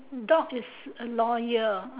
dog is loyal